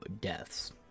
deaths